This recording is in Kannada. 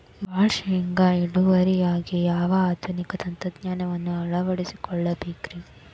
ಭಾಳ ಶೇಂಗಾ ಇಳುವರಿಗಾಗಿ ಯಾವ ಆಧುನಿಕ ತಂತ್ರಜ್ಞಾನವನ್ನ ಅಳವಡಿಸಿಕೊಳ್ಳಬೇಕರೇ?